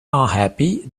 unhappy